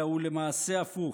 אלא הוא למעשה הפוך: